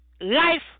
life